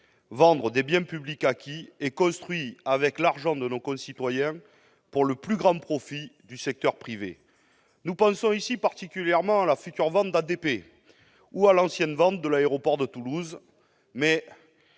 vendre des biens publics acquis et construits avec l'argent de nos concitoyens, pour le plus grand profit du secteur privé. Nous pensons particulièrement à la future vente d'Aéroports de Paris ou à l'ancienne vente de l'aéroport de Toulouse, mais